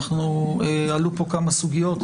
עלו פה כמה סוגיות,